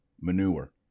Manure